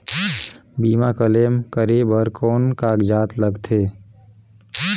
बीमा क्लेम करे बर कौन कागजात लगथे?